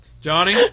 Johnny